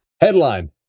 Headline